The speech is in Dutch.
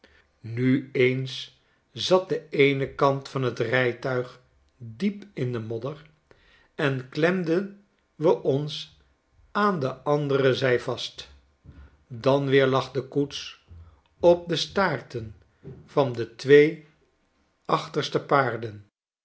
nu eens zat de eene kant van t rijtuig diep in de modder en klemde we ons aan de andere zij vast dan weer lag de koets op de staarten van de twee achterste paarden